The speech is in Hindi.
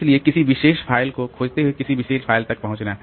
इसलिए किसी विशेष फ़ाइल को खोजते हुए किसी विशेष फ़ाइल तक पहुँचना